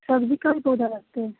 सब्जी का भी पौधा रखते हैं